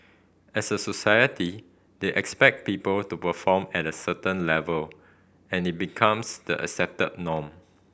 as a society they expect people to perform at a certain level and it becomes the accepted norm